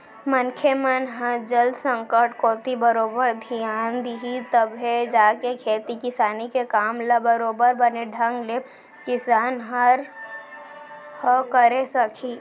मनखे मन ह जल संकट कोती बरोबर धियान दिही तभे जाके खेती किसानी के काम ल बरोबर बने ढंग ले किसान ह करे सकही